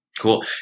Cool